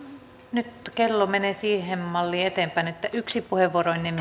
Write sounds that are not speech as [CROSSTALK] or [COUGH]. nyt kello menee siihen malliin eteenpäin että yksi puheenvuoro ennen [UNINTELLIGIBLE]